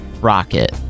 Rocket